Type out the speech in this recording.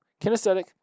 kinesthetic